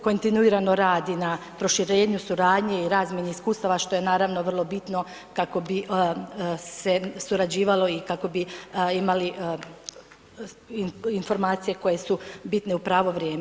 Kontinuirano radi na proširenju, suradnji i razmjeni iskustava, što je naravno, vrlo bitno kako bi se surađivalo i kako bi imali informacije koje su bitne u pravo vrijeme.